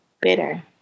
bitter